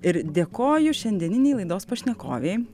ir dėkoju šiandieninei laidos pašnekovei